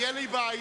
תהיה לי בעיה.